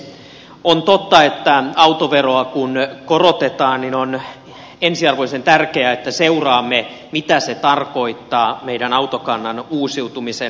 on totta että autoveroa kun korotetaan niin on ensiarvoisen tärkeää että seuraamme mitä se tarkoittaa meidän autokantamme uusiutumisen näkökulmasta